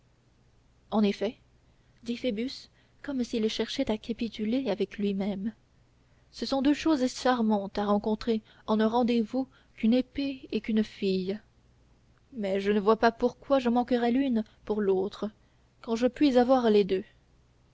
en effet dit phoebus comme s'il cherchait à capituler avec lui-même ce sont deux choses charmantes à rencontrer en un rendez-vous qu'une épée et qu'une fille mais je ne vois pas pourquoi je manquerais l'une pour l'autre quand je puis avoir les deux